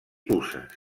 puces